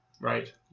Right